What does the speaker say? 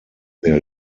their